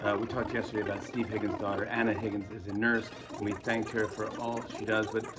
we talked yesterday about steve higgins' daughter. anna higgins is a nurse and we thanked her for all she does, but,